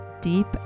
deep